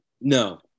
No